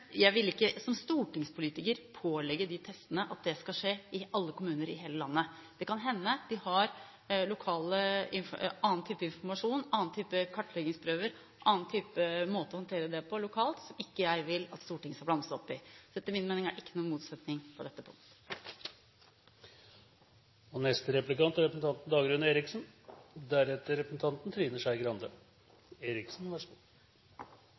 jeg vil ikke som stortingspolitiker pålegge alle kommuner i hele landet å gjøre de testene. Det kan hende de har annen type informasjon, annen type kartleggingsprøver, annen måte å håndtere det på lokalt, som jeg ikke vil at Stortinget skal blande seg opp i. Så etter min mening er det ikke noen motsetning på dette punktet. Representanten Aasen sa i sitt innlegg at når vi nå er